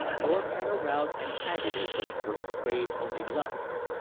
thorpe had aroused antagonism where he craved only love.